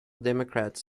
democrats